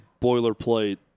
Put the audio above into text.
boilerplate